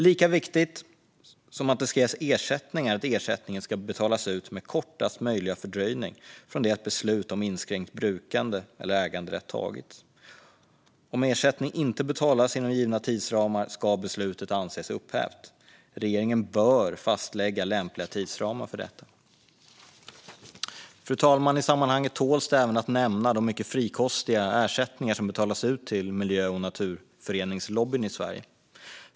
Lika viktigt som att det ska ges ersättning är att ersättningen ska betalas ut med kortast möjliga fördröjning från det att beslut om inskränkt brukande eller äganderätt tagits. Om ersättning inte betalas inom givna tidsramar ska beslutet anses vara upphävt. Regeringen bör fastlägga lämpliga tidsramar för detta. Fru talman! I sammanhanget tål det att nämna de mycket frikostiga ersättningar som betalas ut till miljö och naturföreningslobbyn i Sverige.